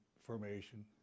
formation